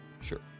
Sure